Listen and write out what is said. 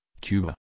Cuba